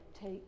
Take